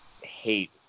hate